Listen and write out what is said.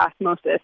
osmosis